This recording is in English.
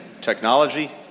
technology